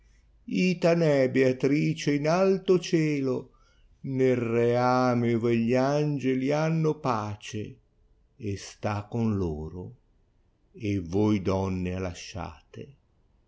n è beatrice in alto cielo nel reame ove gli angeli hanno pace sta con loro e voi donne ha lasciate